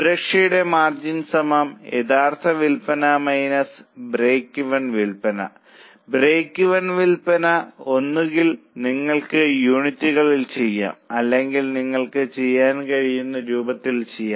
സുരക്ഷയുടെ മാർജിൻ യഥാർത്ഥ വിൽപ്പന ബ്രേക്ക്ഈവൻ വിൽപ്പന ബ്രേക്ക്ഈവൻ വിൽപ്പന ഒന്നുകിൽ നിങ്ങൾക്ക് യൂണിറ്റുകളിൽ ചെയ്യാം അല്ലെങ്കിൽ നിങ്ങൾക്ക് ചെയ്യാൻ കഴിയുന്ന രൂപയിൽ ചെയ്യാം